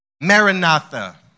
Maranatha